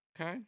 Okay